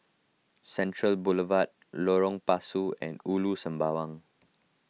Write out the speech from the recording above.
Central Boulevard Lorong Pasu and Ulu Sembawang